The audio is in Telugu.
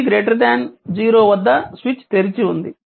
t 0 వద్ద స్విచ్ తెరిచి ఉంది